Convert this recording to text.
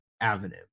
Avenue